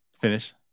finish